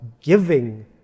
giving